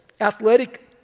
athletic